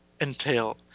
entail